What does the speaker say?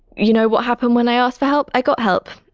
you know what happened when i asked for help? i got help.